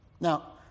Now